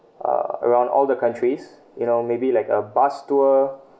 uh around all the countries you know maybe like a bus tour